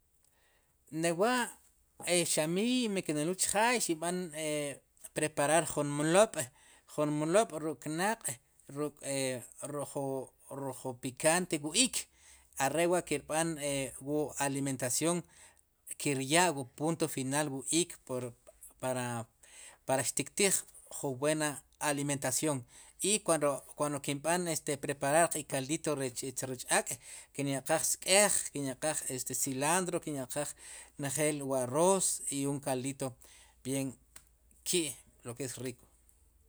Re wa xamiiy mi kineluul chjaay kiq b'an preparar jun nmlob' mlob' ruk' knaq' ruk' ruju, ruju pikaant jun iik are'wa' kirb'an wu alimentación kiryaa wu rpunto final wu iik pur para xtiktiij ju wena alimentación i kuando kinb'an preparar qe kaldito rech ak' kin ya'qaaj sk'ej kinya'qaaj silandro kinyaqaaj njel wu arroz y un kaldito bien ki' lo ke es riko.